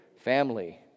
family